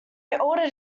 ordered